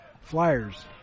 Flyers